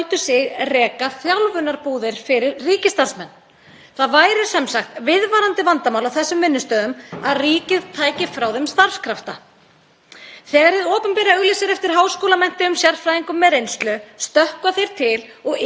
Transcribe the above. Þegar hið opinbera auglýsir eftir háskólamenntuðum sérfræðingum með reynslu stökkva þeir til og yfir í hlýjan og öruggan faðm ríkisins, yfir í góð eða betri laun, meira starfsöryggi og styttingu vinnuvikunnar og hver getur álasað þeim.